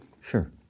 Sure